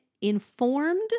informed